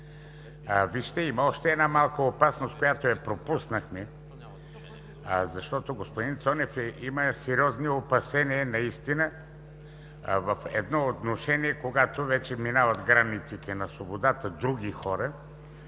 Вижте, има още една малка опасност, която пропуснахме, защото господин Цонев има сериозни опасения в едно отношение, когато вече минават границите на свободата други хора